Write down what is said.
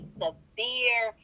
severe